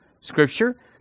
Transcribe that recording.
scripture